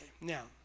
now